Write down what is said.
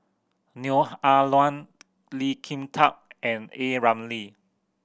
Neo Ah Luan Lee Kin Tat and A Ramli